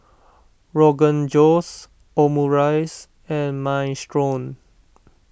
Rogan Josh Omurice and Minestrone